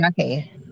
Okay